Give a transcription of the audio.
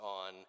on